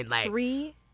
Three